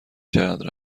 چقدر